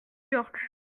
york